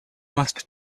must